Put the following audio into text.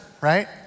right